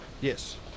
Yes